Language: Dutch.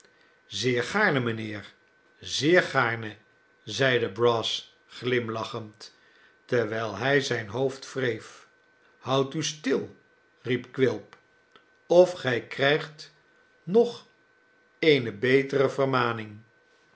zeer gaarne mijnheer zeer gaarne zeide brass glimlachend terwijl hij zijn hoofd wreef houd u stil riep quilp of gij krijgt nog eene betere vermaning